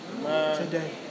today